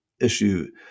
issue